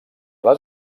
les